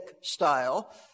style